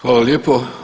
Hvala lijepo.